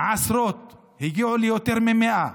הגיעו לעשרות, ליותר מ-100,